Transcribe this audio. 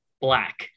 black